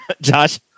Josh